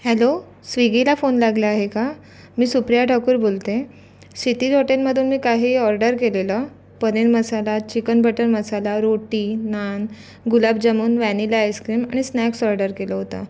hello स्वीगीला phone लागला आहे का मी सुप्रिया ठाकूर बोलते क्षितिज हॉटेलमधून मी काही ऑर्डर केलेलं पनीर मसाला चिकन बटर मसाला रोटी नान गुलाबजामून व्हॅनिला आईस्क्रीम आणि स्नॅक्स ऑर्डर केलं होतं